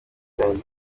cyanjye